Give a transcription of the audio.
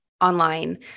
online